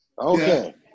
Okay